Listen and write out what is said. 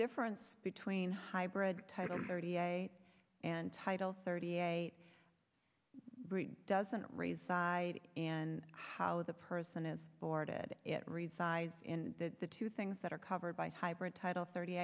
difference between hybrid type of thirty eight and title thirty eight doesn't raise side and how the person is or did it resides in the two things that are covered by hybrid title thirty